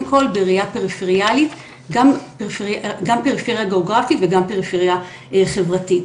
כל בראייה פריפריאלית גם פריפריה גיאוגרפית וגם פריפריה חברתית.